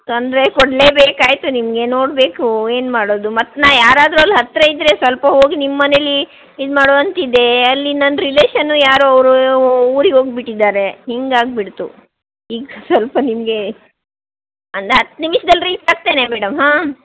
ತೊಂದರೆ ಕೊಡಲೇ ಬೇಕಾಯ್ತು ನಿಮಗೆ ನೋಡಬೇಕು ಏನ್ಮಾಡೋದು ಮತ್ತೇ ನಾ ಯಾರಾದರೂ ಅಲ್ಲಿ ಹತ್ತಿರ ಇದ್ದರೆ ಸ್ವಲ್ಪ ಹೋಗಿ ನಿಮ್ಮನೆಯಲ್ಲಿ ಇದು ಮಾಡುವಂತಿದ್ದೆ ಅಲ್ಲಿ ನನ್ನ ರಿಲೇಷನ್ನು ಯಾರು ಅವರು ಊರಿಗೋಗ್ಬಿಟ್ಟಿದಾರೆ ಹಿಂಗಾಗಿಬಿಡ್ತು ಈಗ ಸ್ವಲ್ಪ ನಿಮಗೆ ಅಂದರೆ ಹತ್ತು ನಿಮಿಷದಲ್ಲಿ ರೀಚಾಗ್ತೇನೆ ಮೇಡಮ್ ಹಾಂ